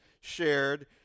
shared